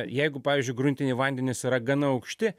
jeigu pavyzdžiui gruntiniai vandenys yra gana aukšti